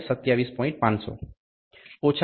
250 G2 27